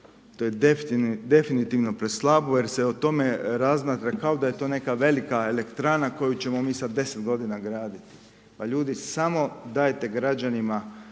To je definitivno preslabo, jer se o tome razmatra kao da je to neka velika elektrana koju ćemo mi sada 10 g. graditi. Pa ljudi, samo dajte građanima,